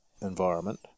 environment